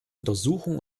untersuchen